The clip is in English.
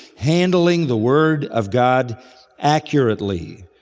handling the word of god accurately.